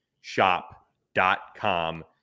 shop.com